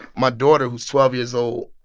my daughter, who's twelve years old,